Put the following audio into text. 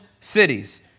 cities